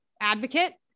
advocate